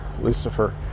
Lucifer